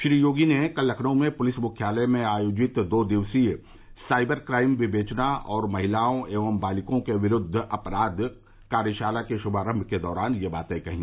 श्री योगी ने कल लखनऊ में पुलिस मुख्यालय में आयोजित दो दिवसीय साइबर काइम विवेचना और महिलाओं एवं बालकों के विरूद्व अपराध कार्यशाला के शुभारंभ के दौरान ये बाते कहीं